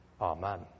Amen